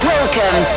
Welcome